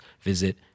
visit